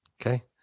Okay